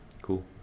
Cool